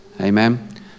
Amen